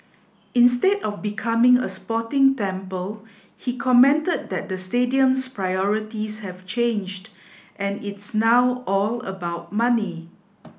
instead of becoming a sporting temple he commented that the stadium's priorities have changed and it's now all about money